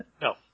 No